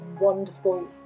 wonderful